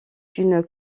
une